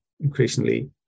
increasingly